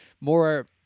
more